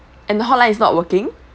and the hotline is not working